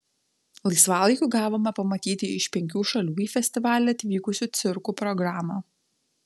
laisvalaikiu gavome pamatyti iš penkių šalių į festivalį atvykusių cirkų programą